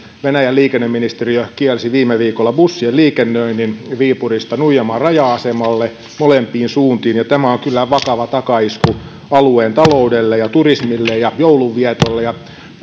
venäjän liikenneministeriö kielsi viime viikolla bussien liikennöinnin viipurista nuijamaan raja asemalle molempiin suuntiin ja tämä on kyllä vakava takaisku alueen taloudelle turismille ja joulunvietolle